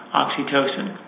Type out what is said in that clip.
oxytocin